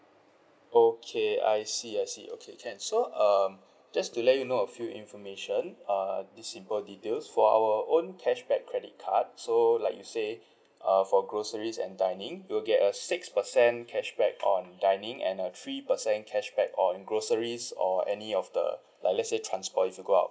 okay I see I see okay can so um just to let you know a few information uh these simple details for our own cashback credit card so like you say uh for groceries and dining you will get a six percent cashback on dining and a three percent cashback on groceries or any of the uh let's say transport if you go out